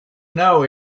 know